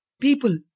people